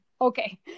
Okay